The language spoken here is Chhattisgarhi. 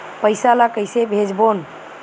पईसा ला कइसे भेजबोन?